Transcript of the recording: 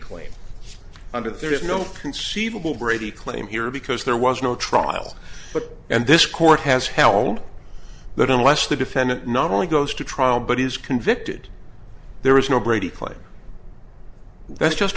claim under that there is no conceivable brady claim here because there was no trial but and this court has held that unless the defendant not only goes to trial but is convicted there is no brady claim that's just